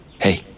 Hey